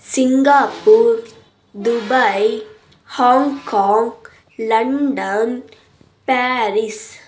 Singapore Dubai Hong Kong London Paris